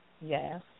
Yes